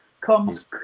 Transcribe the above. comes